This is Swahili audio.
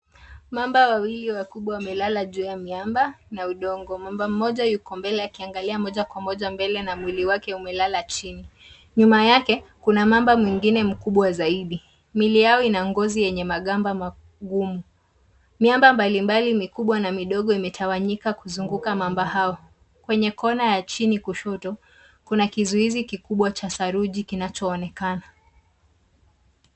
Mamba wawili wakubwa wamelala juu ya miamba na udongo. Mamba mmoja yuko mbele akiangalia moja kwa moja na mwili wake umelala chini. Nyuma yake kuna mamba mwingine mkubwa zaidi. Milia yao ina ngozi yenye magamba magumu. Miamba mbalimbali mikubwa na midogo imetawanyika kuzunguka mamba hao. Kwenye kona ya chini kushoto kuna kizuizi kikubwa cha saruji kinachoonekana.